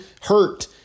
hurt